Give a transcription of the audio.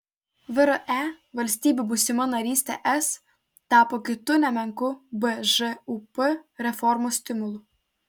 vre valstybių būsima narystė es tapo kitu nemenku bžūp reformos stimulu